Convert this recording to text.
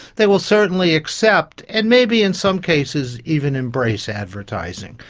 they will certainly accept and maybe in some cases even embrace advertising.